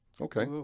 Okay